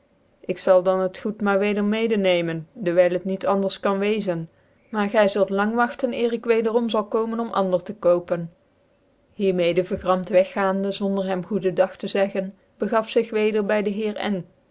ik zal dan het goed maar weder mede nemen dewyl het niet anders kan wezen maar gy zult lang wagtcn eer ik wederom zal komen om ander tc kopen hier mede vergramt weg gaande zonder hem goeden dag tc zeggen begaf zig weder by dc heer n